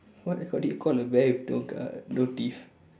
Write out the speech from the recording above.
what what do you call a bear no gu~ no teeth